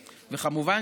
וכמובן,